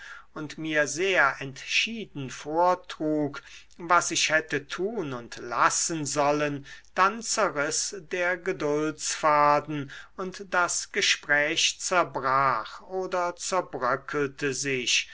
und mir sehr entschieden vortrug was ich hätte tun und lassen sollen dann zerriß der geduldsfaden und das gespräch zerbrach oder zerbröckelte sich